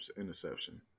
interception